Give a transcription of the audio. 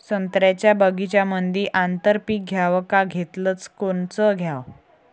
संत्र्याच्या बगीच्यामंदी आंतर पीक घ्याव का घेतलं च कोनचं घ्याव?